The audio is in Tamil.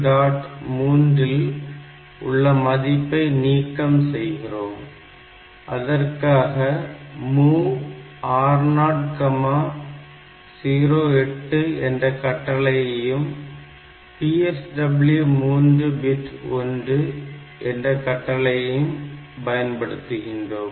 3 இல் உள்ள மதிப்பை நீக்கம் செய்கிறோம் அதற்காக MOV R008 என்ற கட்டளையையும் PSW 3 பிட் 1 என்ற கட்டளையையும் பயன்படுத்துகிறோம்